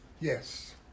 Yes